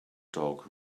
dog